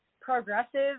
progressive